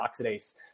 oxidase